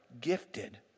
gifted